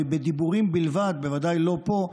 בדיבורים בלבד, בוודאי לא פה,